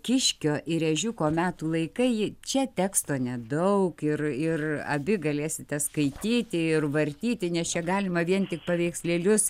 kiškio ir ežiuko metų laikai ji čia teksto nedaug ir ir abi galėsite skaityti ir vartyti nes čia galima vien tik paveikslėlius